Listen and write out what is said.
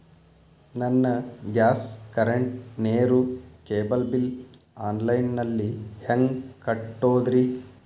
ನನ್ನ gas, current, ನೇರು, cable bill online ನಲ್ಲಿ ಹೆಂಗ್ ಕಟ್ಟೋದ್ರಿ?